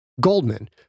Goldman